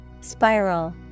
Spiral